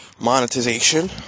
monetization